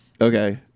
Okay